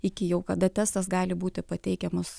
iki jau kada testas gali būti pateikiamas